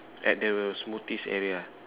at the smoothies area